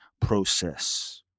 process